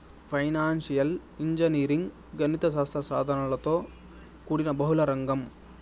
financial engineering గణిత శాస్త్ర సాధనలతో కూడిన బహుళ రంగం